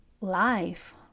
life